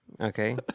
Okay